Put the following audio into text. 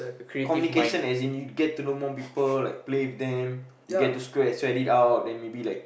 communication as in you get to know more people like play with them you get to swea~ sweat it out then maybe like